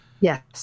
Yes